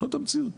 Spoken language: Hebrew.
זו המציאות.